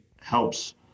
helps